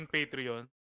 Patreon